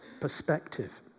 perspective